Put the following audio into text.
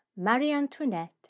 Marie-Antoinette